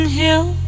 hill